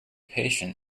patient